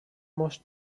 most